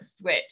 switch